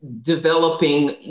developing